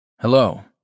Hello